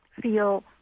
feel